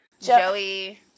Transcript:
Joey